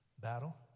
battle